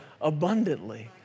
abundantly